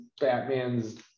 Batman's